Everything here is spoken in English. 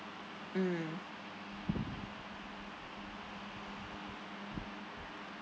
mm